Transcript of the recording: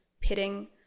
pitting